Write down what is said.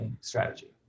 strategy